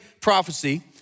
prophecy